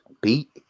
beat